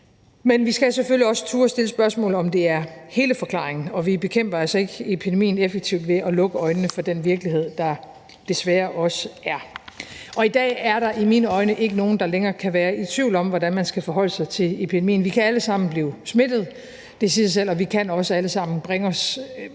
Men vi skal selvfølgelig også turde stille spørgsmål om, om det er hele forklaringen. Og vi bekæmper altså ikke epidemien effektivt ved at lukke øjnene for den virkelighed, der desværre også er. Og i dag er der i mine øjne ikke nogen, der længere kan være i tvivl om, hvordan man skal forholde sig til epidemien. Vi kan alle sammen blive smittet, det siger sig selv, og vi kan også alle sammen bringe os